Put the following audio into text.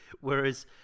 whereas